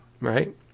right